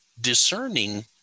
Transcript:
discerning